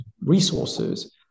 resources